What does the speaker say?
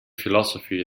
philosophy